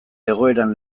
egoeran